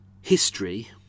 history